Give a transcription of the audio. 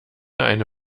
eine